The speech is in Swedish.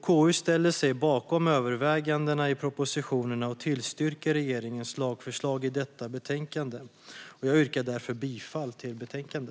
KU ställer sig bakom övervägandena i propositionen och tillstyrker regeringens lagförslag i detta betänkande.